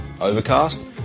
Overcast